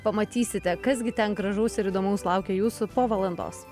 pamatysite kas gi ten gražaus ir įdomaus laukia jūsų po valandos